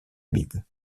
bible